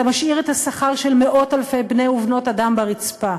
אתה משאיר את השכר של מאות-אלפי בני-אדם ובנות-אדם ברצפה.